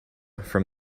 from